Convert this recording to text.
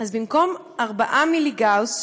אז במקום 4 מיליגאוס,